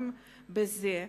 גם בזה,